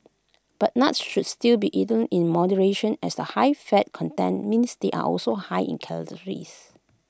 but nuts should still be eaten in moderation as the high fat content means they are also high in calories